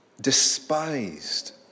despised